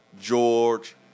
George